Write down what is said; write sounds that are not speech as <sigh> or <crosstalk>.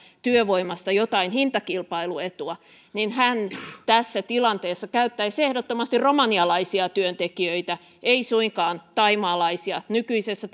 työvoimasta jotain hintakilpailuetua niin hän tässä tilanteessa käyttäisi ehdottomasti romanialaisia työntekijöitä ei suinkaan thaimaalaisia nykyisessä <unintelligible>